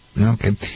Okay